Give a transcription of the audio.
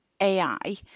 ai